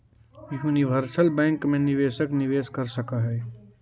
universal bank मैं निवेशक निवेश कर सकऽ हइ